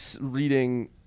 reading